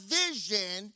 vision